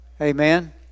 Amen